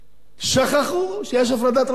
שכחו שיש הפרדת רשויות.